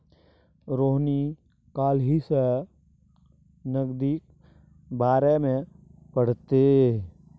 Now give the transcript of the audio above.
रोहिणी काल्हि सँ नगदीक बारेमे पढ़तीह